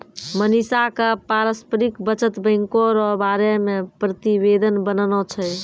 मनीषा क पारस्परिक बचत बैंको र बारे मे प्रतिवेदन बनाना छै